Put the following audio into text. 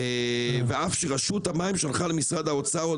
ואף שרשות המים שלחה למשרד האוצר עוד